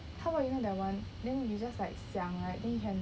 how about you know that one then you just like 想 right then you can